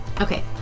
Okay